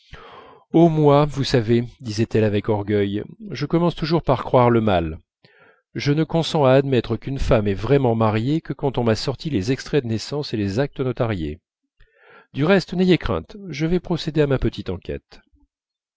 oh moi vous savez disait-elle avec orgueil je commence toujours par croire le mal je ne consens à admettre qu'une femme est vraiment mariée que quand on m'a sorti les extraits de naissance et les actes notariés du reste n'ayez crainte je vais procéder à ma petite enquête